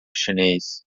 chinês